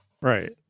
Right